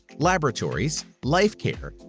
laboratories, lifecare,